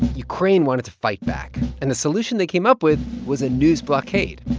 ukraine wanted to fight back. and the solution they came up with was a news blockade,